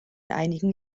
einigen